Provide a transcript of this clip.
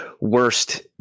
worst